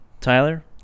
tyler